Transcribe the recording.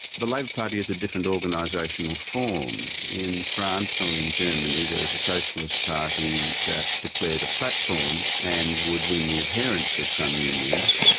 the labor party is a different organisational form. in france or in germany there was a socialist party that declared a platform and would win the adherence of some unions,